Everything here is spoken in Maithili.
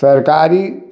सरकारी